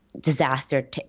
disaster